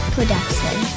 Production